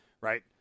Right